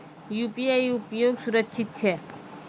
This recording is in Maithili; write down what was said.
यु.पी.आई उपयोग सुरक्षित छै?